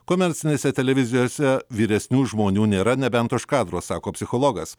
komercinėse televizijose vyresnių žmonių nėra nebent už kadro sako psichologas